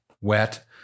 Wet